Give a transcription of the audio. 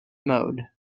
mode